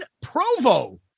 Provo